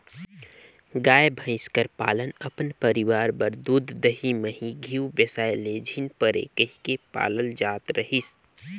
गाय, भंइस कर पालन अपन परिवार बर दूद, दही, मही, घींव बेसाए ले झिन परे कहिके पालल जात रहिस